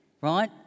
right